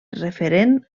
referent